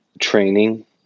training